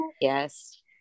Yes